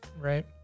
right